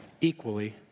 equally